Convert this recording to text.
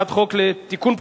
נכי המלחמה בנאצים (תיקון,